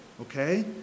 okay